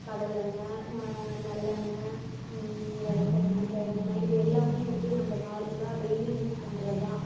கடலெண்ணை ம நல்லெண்ணை விளக்கெண்ணை தேங்காண்ணை இது எல்லாமே வந்து நம்ம நார்மலாக டெய்லி யூஸ் பண்ணுறதுதான்